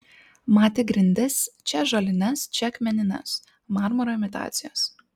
matė grindis čia ąžuolines čia akmenines marmuro imitacijos